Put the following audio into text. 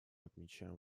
отмечаем